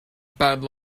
bad